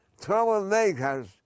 troublemakers